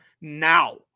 now